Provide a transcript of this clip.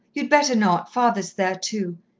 you'd better not. father's there too.